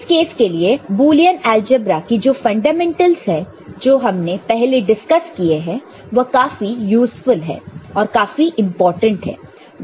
इस केस के लिए बुलियन अलजेब्रा की जो फंडामेंटल्स है जो हमने पहले डिस्कस किए हैं वह काफी यूज़फुल है और काफी इंपोर्टेंट है